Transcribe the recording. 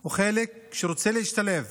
הוא חלק שרוצה להשתלב